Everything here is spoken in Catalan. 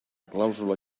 clàusula